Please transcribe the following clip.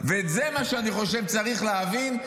וזה מה שאני חושב שצריך להבין.